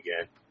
again